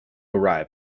arrive